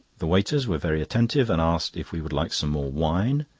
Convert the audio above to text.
the waiters were very attentive, and asked if we would like some more wine.